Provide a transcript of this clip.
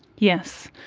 yes.